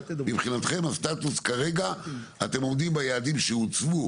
הסטטוס כרגע שאתם עומדים ביעדים שהוצבו